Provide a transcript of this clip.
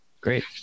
Great